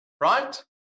Right